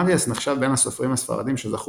מריאס נחשב בין הסופרים הספרדים שזכו